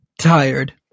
tired